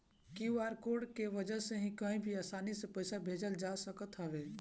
QR code के वजह से कही भी आसानी से पईसा भेजल जा सकत हवे